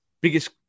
biggest